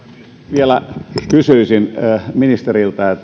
vielä kysyisin ministeriltä